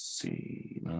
see